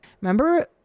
Remember